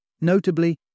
Notably